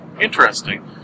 interesting